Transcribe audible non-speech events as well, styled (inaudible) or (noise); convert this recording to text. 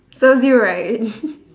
serves you right (laughs)